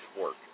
work